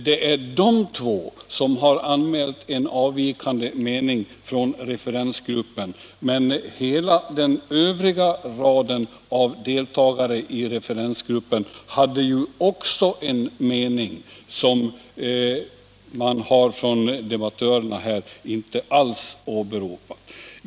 Det är de två som anmält avvikande mening, men hela den övriga raden av deltagare i referensgruppen hade också en mening, som debattörerna här inte alls har åberopat.